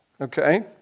Okay